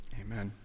Amen